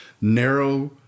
narrow